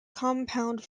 compound